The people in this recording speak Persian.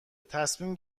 تصمیم